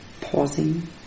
pausing